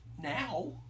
Now